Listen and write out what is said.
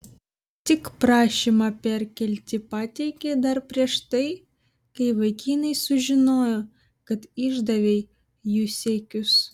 tik prašymą perkelti pateikei dar prieš tai kai vaikinai sužinojo kad išdavei jų siekius